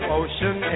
ocean